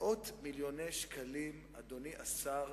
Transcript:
מאות מיליוני שקלים, אדוני השר,